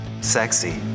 Sexy